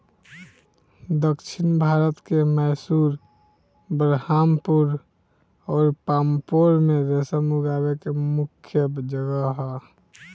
दक्षिण भारत के मैसूर, बरहामपुर अउर पांपोर में रेशम उगावे के मुख्या जगह ह